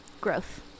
Growth